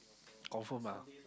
confirm ah